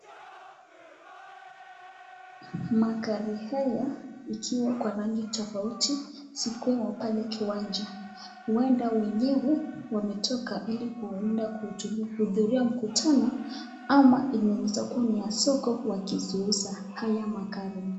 Magari haya ikiwa kwa rangi tofauti, sikuwemo pale kiwanja. Huenda wenyewe wametoka ili kuwinda kuhudhuria mkutano ama inaweza kuwa ni ya soko wakiziuza haya makari.